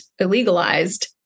illegalized